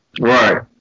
Right